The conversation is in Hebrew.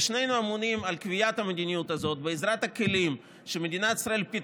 שנינו אמונים על קביעת המדיניות הזאת בעזרת הכלים שמדינת ישראל פיתחה.